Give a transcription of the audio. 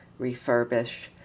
refurbish